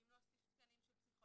אם להוסיף תקנים של פסיכולוגים,